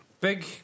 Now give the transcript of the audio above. Big